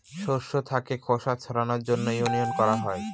শস্য থাকে খোসা ছাড়ানোর জন্য উইনউইং করা হয়